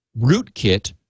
rootkit